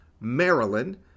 Maryland